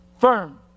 firm